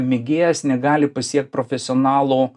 mėgėjas negali pasiekt profesionalo